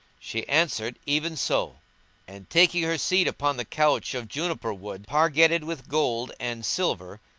she answered, even so and, taking her seat upon the couch of juniper wood, pargetted with gold and silver,